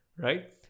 Right